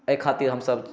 एहि खातिर हमसभ